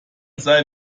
sei